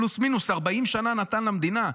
פלוס מינוס 40 שנה נתן למדינה.